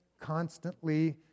constantly